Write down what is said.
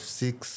six